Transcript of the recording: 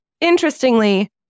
interestingly